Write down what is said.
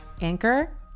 Anchor